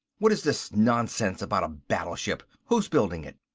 what is this nonsense about a battleship? who's building it?